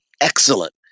excellent